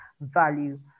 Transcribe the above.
value